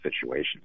situations